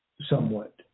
somewhat